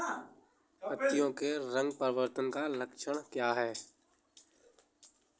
पत्तियों के रंग परिवर्तन का लक्षण क्या है?